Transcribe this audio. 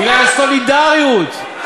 בגלל הסולידריות,